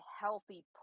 healthy